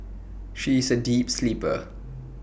she is A deep sleeper